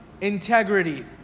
integrity